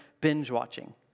binge-watching